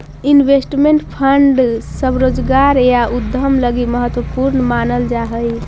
investment fund स्वरोजगार या उद्यम लगी महत्वपूर्ण मानल जा हई